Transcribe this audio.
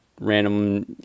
random